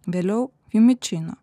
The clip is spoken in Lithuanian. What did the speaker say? vėliau jumičino